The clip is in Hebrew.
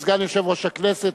סגן יושב-ראש הכנסת,